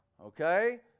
okay